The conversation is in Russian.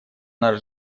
наш